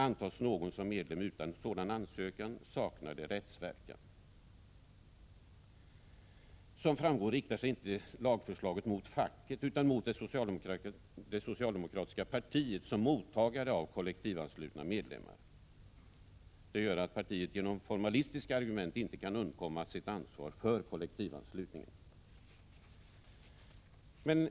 Antas någon som medlem utan sådan ansökan, saknar det rättsverkan.” Som framgår härav riktar sig inte lagförslaget mot facket utan mot det socialdemokratiska partiet som mottagare av kollektivanslutna medlemmar. Det gör att partiet genom formalistiska argument inte kan undkomma sitt ansvar för kollektivanslutningen.